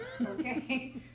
okay